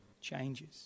changes